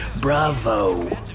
Bravo